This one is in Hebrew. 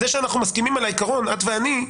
זה שאת ואני מסכימים על העיקרון, מצוין,